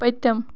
پٔتِم